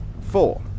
Four